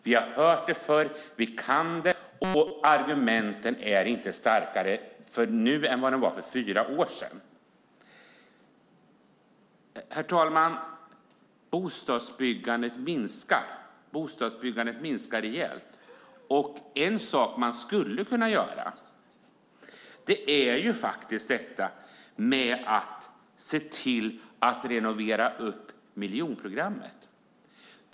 Vi har hört det förr, vi kan det och argumenten är inte starkare nu än för fyra år sedan. Bostadsbyggandet minskar, och det minskar rejält. En sak man skulle kunna göra vore att renovera husen i miljonprogrammet.